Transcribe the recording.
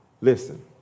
Listen